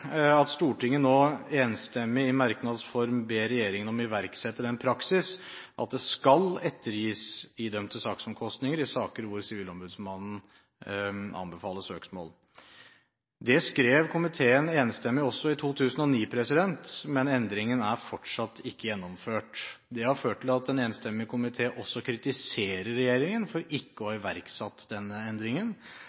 at Stortinget nå enstemmig i merknads form ber regjeringen om å iverksette den praksis at det skal ettergis idømte saksomkostninger i saker hvor Sivilombudsmannen anbefaler søksmål. Det skrev komiteen enstemmig også i forbindelse med årsmeldingen for 2009, men endringen er fortsatt ikke gjennomført. Det har ført til at en enstemmig komité også kritiserer regjeringen for ikke å